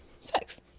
sex